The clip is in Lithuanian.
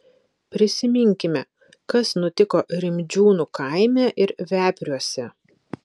prisiminkime kas nutiko rimdžiūnų kaime ir vepriuose